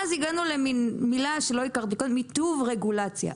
אז הגענו למין מונח שלא הכרתי קודם: מיטוב רגולציה.